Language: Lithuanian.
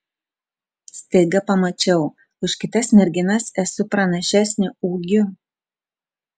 staiga pamačiau už kitas merginas esu pranašesnė ūgiu